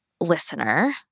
listener